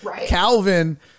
Calvin